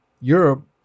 Europe